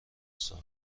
سال